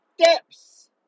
steps